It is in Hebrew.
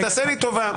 רק תעשה לי טובה,